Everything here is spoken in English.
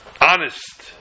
honest